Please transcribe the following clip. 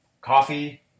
coffee